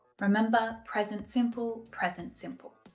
remember, present simple, present simple.